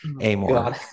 Amor